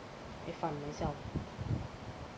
if I'm myself